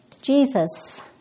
Jesus